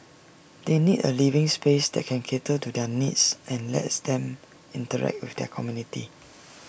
they need A living space that can cater to their needs and lets them interact with their community